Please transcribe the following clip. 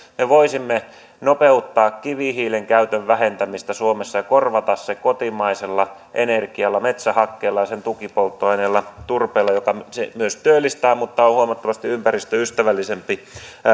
me voisimme nopeuttaa kivihiilen käytön vähentämistä suomessa ja korvata sen kotimaisella energialla metsähakkeella ja sen tukipolttoaineella turpeella joka myös työllistää mutta on huomattavasti ympäristöystävällisempi